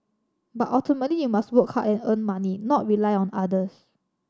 but ultimately you must work hard and earn money not rely on others